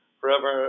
forever